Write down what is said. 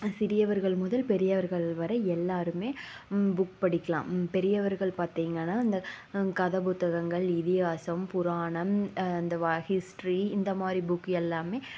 சிறியவர்கள் முதல் பெரியவர்கள் வரை எல்லோருமே புக் படிக்கலாம் பெரியவர்கள் பார்த்தீங்கன்னா அந்த கதை புத்தகங்கள் இதிகாசம் புராணம் இந்த ஹிஸ்ட்ரி இந்தமாதிரி புக் எல்லாம்